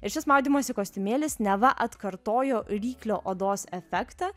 ir šis maudymosi kostiumėlis neva atkartojo ryklio odos efektą